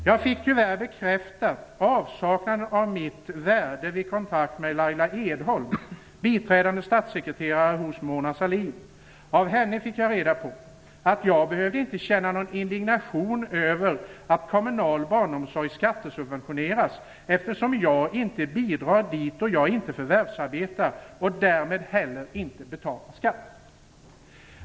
Jag fick tyvärr bekräftat avsaknaden av mitt värde vid kontakt med Laila Edholm, biträdande statssekreterare åt Mona Sahlin, av henne fick jag reda på att jag behövde inte känna indignation över att kommunal barnomsorg skattesubventioneras eftersom jag inte bidrager dit då jag inte förvärvsarbetar och därmed heller inte betalar skatt."